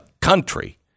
country